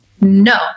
No